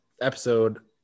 episode